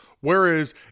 Whereas